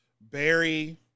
Barry